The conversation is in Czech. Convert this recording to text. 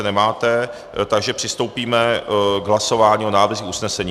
Nemáte, takže přistoupíme k hlasování o návrzích usnesení.